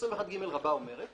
21ג רבא אומרת